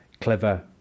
Clever